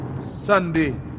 Sunday